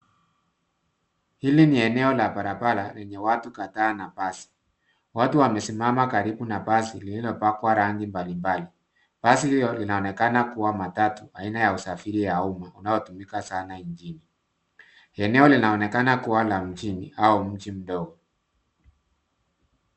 Hili ni eneo la barabara, lenye watu kadhaa na basi, watu wamesimama karibu na basi llilopakwa rangi mbalimbali. Basi hiyo inaonekana kuwa matatu, aina ya usafiri ya umma, unaotumika sana nchini. Eneo linaonekana kuwa la mjini, au mji mdogo.